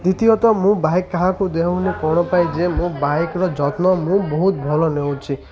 ଦ୍ୱିତୀୟତଃ ମୁଁ ବାଇକ୍ କାହାକୁ ଦେଉନି କ'ଣ ପାଇଁ ଯେ ମୋ ବାଇକ୍ର ଯତ୍ନ ମୁଁ ବହୁତ ଭଲ ନେଉଛି